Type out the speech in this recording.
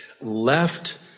left